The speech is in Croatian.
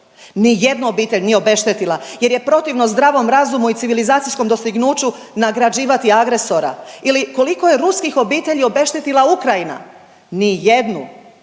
Ni jednu obitelj nije obeštetila jer je protivno zdravom razumu i civilizacijskom dostignuću nagrađivati agresora. Ili koliko je ruskih obitelji obeštetila Ukrajina? Ni jednu.